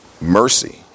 mercy